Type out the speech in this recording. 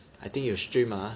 I think you stream ah